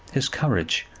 his courage,